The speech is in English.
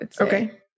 Okay